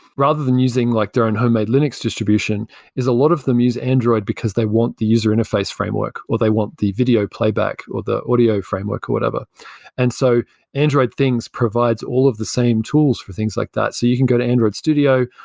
rather than using like their own homemade linux distribution is a lot of them use android because they want the user interface framework, or they want the video playback, or the audio framework or whatever and so android things provides all of the same tools for things like that. so you can go to android studio,